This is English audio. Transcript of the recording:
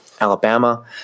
Alabama